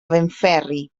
benferri